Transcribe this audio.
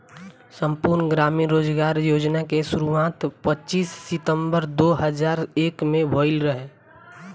संपूर्ण ग्रामीण रोजगार योजना के शुरुआत पच्चीस सितंबर दो हज़ार एक में भइल रहे